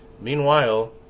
Meanwhile